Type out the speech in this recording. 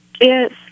Yes